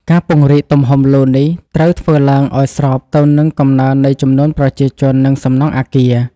ការពង្រីកទំហំលូនេះ ត្រូវធ្វើឡើងឱ្យស្របទៅនឹងកំណើននៃចំនួនប្រជាជន និងសំណង់អគារ។